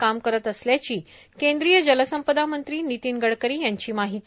काम करत असल्याची केंद्रीय जलसंपदा मंत्री नितीन गडकरी यांची माहिती